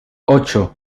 ocho